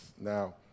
Now